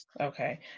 Okay